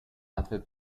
hace